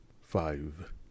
Five